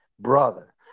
Brother